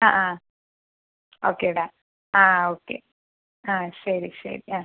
ആ ആ ആ ഓക്കെ ഡാ ആ ആ ഓക്കെ ആ ശരി ശരി ആ